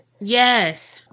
Yes